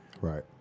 right